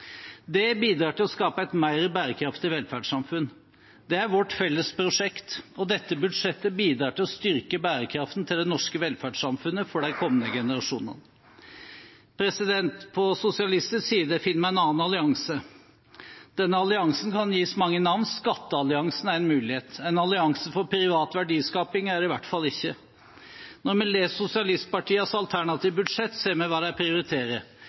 Det bidrar til å skape et mer bærekraftig velferdssamfunn. Det er vårt felles prosjekt, og dette budsjettet bidrar til å styrke bærekraften til det norske velferdssamfunnet for de kommende generasjoner. På sosialistisk side finner vi en annen allianse. Denne alliansen kan gis mange navn. Skattealliansen er en mulighet. En allianse for privat verdiskaping er det i hvert fall ikke. Når vi leser sosialistpartienes alternative budsjetter, ser vi hva de prioriterer. Jobbvekst står i alle fall nederst på den listen. Dette er